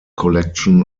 collection